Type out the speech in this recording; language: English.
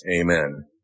Amen